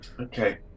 Okay